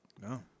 No